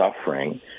suffering